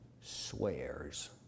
swears